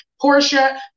Portia